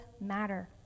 matter